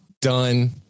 done